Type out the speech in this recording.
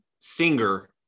singer